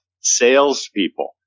salespeople